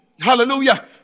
Hallelujah